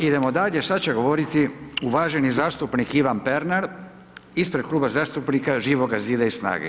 Idemo dalje, sada će govoriti uvaženi zastupnik Ivan Pernar ispred Kluba zastupnika Živoga zida i SNAGA-e.